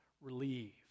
relieved